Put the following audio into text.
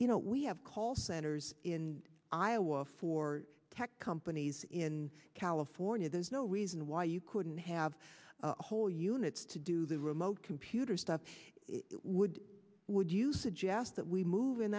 you know we have call centers in iowa for tech companies in california there's no reason why you couldn't have a whole units to do the remote computer stuff would would you suggest that we move in